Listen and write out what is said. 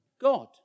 God